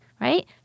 Right